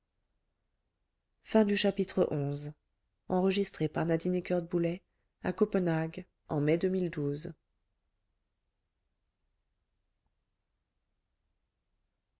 à fait en